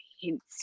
hints